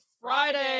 Friday